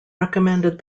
recommended